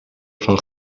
van